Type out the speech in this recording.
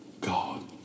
God